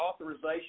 authorization